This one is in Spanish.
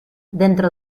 dentro